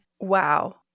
Wow